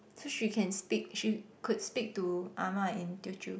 so she can speak she could speak to Ah-Ma in Teochew